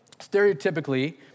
stereotypically